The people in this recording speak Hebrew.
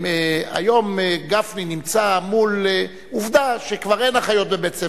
היום גפני נמצא מול עובדה שכבר אין אחיות בבית-ספר,